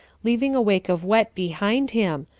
leaving a wake of wet behind him,